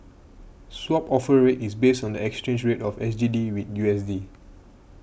Swap Offer Rate is based on the exchange rate of S G D with U S D